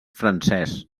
francès